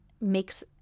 makes